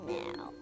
now